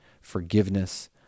forgiveness